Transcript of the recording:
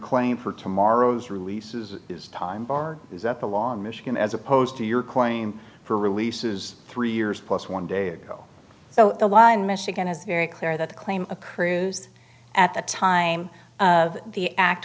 claim for tomorrow's release is it is time barred is that the law in michigan as opposed to your claim for release is three years plus one day ago so the law in michigan is very clear that claim a cruise at the time of the act